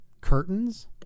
curtains